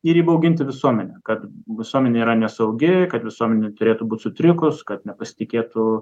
ir įbauginti visuomenę kad visuomenė yra nesaugi kad visuomenė turėtų būt sutrikus kad nepasitikėtų